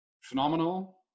phenomenal